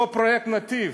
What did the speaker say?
אותו פרויקט "נתיב",